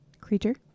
Creature